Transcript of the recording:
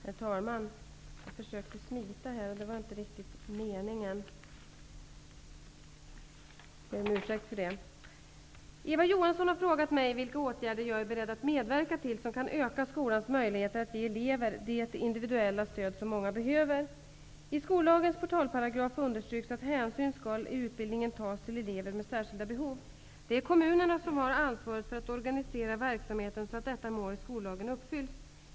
Herr talman! Jag försökte smita, men det var inte riktigt meningen. Jag ber om ursäkt för det. Eva Johansson har frågat mig vilka åtgärder jag är beredd att medverka till som kan öka skolans möjligheter att ge elever det individuella stöd som många behöver. I skollagens portalparagraf understryks att i utbildningen skall hänsyn tas till elever med särskilda behov. Det är kommunerna som har ansvaret för att organisera verksamheten så att detta mål i skollagen uppfylls.